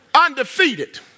undefeated